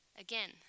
Again